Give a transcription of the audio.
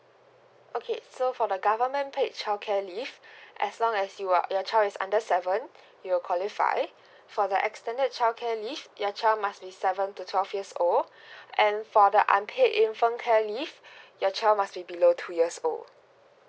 okay so for the government paid childcare leave as long as you are your child is under seven you are qualified for the extended childcare leave your child must be seven to twelve years old and for the unpaid infant care leave your child must be below two years old